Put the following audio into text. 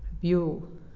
view